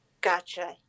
Gotcha